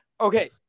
Okay